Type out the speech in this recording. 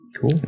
Cool